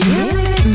Music